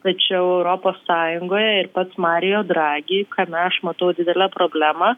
tačiau europos sąjungoje ir pats mario dragi kame aš matau didelę problemą